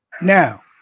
Now